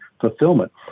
fulfillment